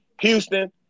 Houston